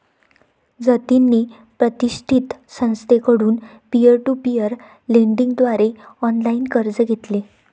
जतिनने प्रतिष्ठित संस्थेकडून पीअर टू पीअर लेंडिंग द्वारे ऑनलाइन कर्ज घेतले